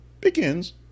begins